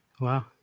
Wow